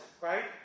right